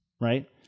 Right